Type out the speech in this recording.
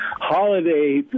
holiday